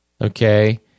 Okay